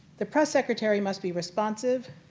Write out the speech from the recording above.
the press secretary must be responsive,